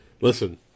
listen